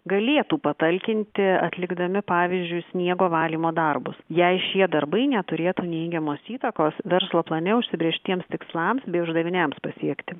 galėtų patalkinti atlikdami pavyzdžiui sniego valymo darbus jei šie darbai neturėtų neigiamos įtakos verslo plane užsibrėžtiems tikslams bei uždaviniams pasiekti